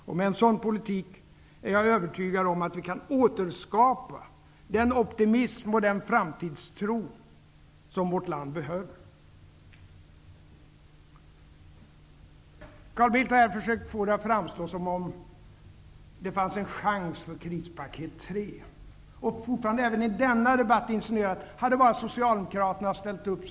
Jag är övertygad om att vi med en sådan politik kan återskapa den optimism och den framtidstro som vårt land behöver. Carl Bildt har försökt få det att framstå som om det finns en chans för krispaket 3. Han insinuerar även i denna debatt att det hela skulle ha löst sig om bara Socialdemokraterna hade ställt upp.